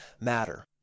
matter